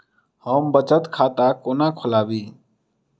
हम बचत खाता कोना खोलाबी?